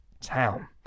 town